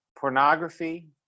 Pornography